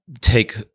take